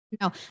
No